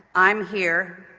i'm here,